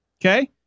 okay